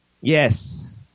yes